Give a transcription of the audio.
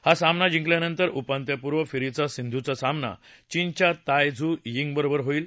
हा सामना जिंकल्यानंतर उपांत्यपूर्व फेरीत सिंधूचा सामना चीनच्या ताय झू यिंगबरोबर होईल